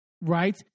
right